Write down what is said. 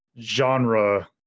genre